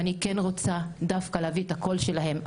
ואני כן רוצה דווקא להביא את הקול שלהן.